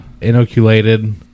Inoculated